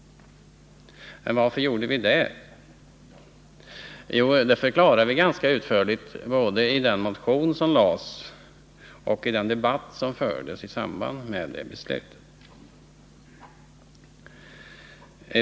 Men varför gjorde vi det? Jo, det har vi ganska utförligt förklarat både i vår motion i det ärendet och i den debatt som fördes med anledning av det som vi där skrev.